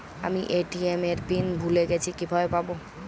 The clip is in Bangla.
আমি এ.টি.এম এর পিন ভুলে গেছি কিভাবে পাবো?